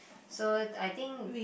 so I think